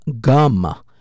Gum